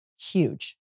huge